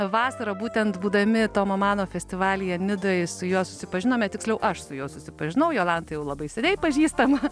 vasarą būtent būdami tomo mano festivalyje nidoj su juo susipažinome tiksliau aš su juo susipažinau jolanta jau labai seniai pažįstama